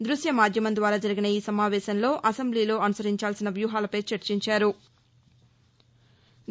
దృశ్యమాద్యమం ద్వారా జరిగిన ఈసమావేశంలో అసెంబ్లీలో అనుసరించాల్సిన వ్యూహాలపై చర్చించారు